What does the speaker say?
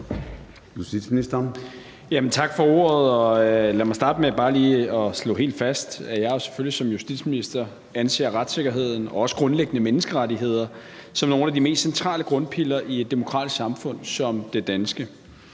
Tak for ordet. Lad mig starte med bare lige at slå helt fast, at jeg jo selvfølgelig som justitsminister anser retssikkerheden og også grundlæggende menneskerettigheder som nogle af de mest centrale grundpiller i et demokratisk samfund som det danske.